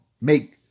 Make